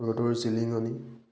ৰ'দৰ জিলিঙনি